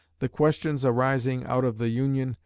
the questions arising out of the union,